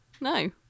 No